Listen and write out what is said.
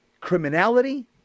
criminality